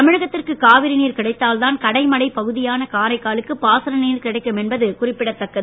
தமிழகத்திற்கு காவிரி நீர் கிடைத்தால் தான் கடைமடை பகுதியான காரைக்காலுக்கு பாசன நீர் கிடைக்கும் என்பது குறிப்பிடத்தக்கது